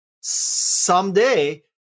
someday